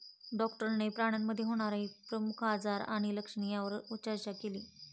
डॉक्टरांनी प्राण्यांमध्ये होणारे प्रमुख आजार आणि लक्षणे यावर चर्चा केली